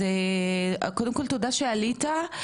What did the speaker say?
תודה שעלית.